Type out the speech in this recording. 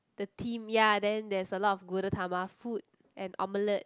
the theme ya then there is a lot of Gudetama food and omelette